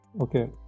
okay